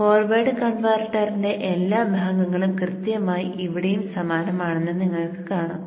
forward കൺവെർട്ടറിന്റെ എല്ലാ ഭാഗങ്ങളും കൃത്യമായി ഇവിടെയും സമാനമാണെന്ന് നിങ്ങൾക്ക് കാണാം